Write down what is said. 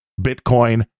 Bitcoin